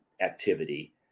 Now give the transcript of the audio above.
activity